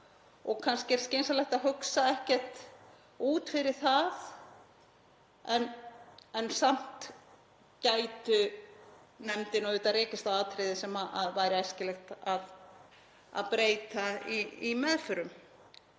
og kannski er skynsamlegt að hugsa ekkert út fyrir það. Samt gæti nefndin rekist á atriði sem væri æskilegt að breyta í meðförum